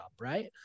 right